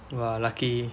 !wah! lucky